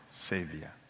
Savior